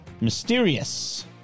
mysterious